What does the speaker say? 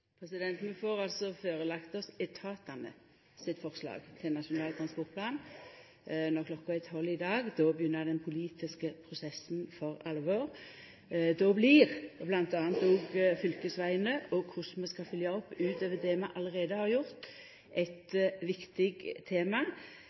får lagt fram for oss etatane sitt forslag til Nasjonal transportplan. Når klokka er tolv i dag, begynner den politiske prosessen for alvor. Då blir bl.a. òg fylkesvegane og korleis vi skal følgja opp utover det vi allereie har gjort, eit viktig tema. Eitt forslag som eg veit ligg der, er eit